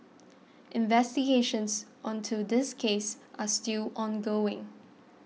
investigations onto this case are still ongoing